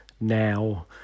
now